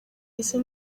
ese